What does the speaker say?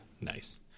Nice